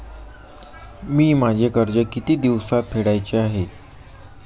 मी माझे कर्ज किती दिवसांत फेडायचे आहे?